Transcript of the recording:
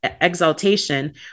exaltation